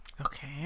Okay